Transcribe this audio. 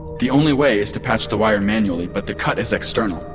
the only way is to patch the wire manually, but the cut is external.